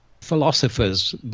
philosophers